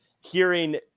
hearing